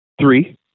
Three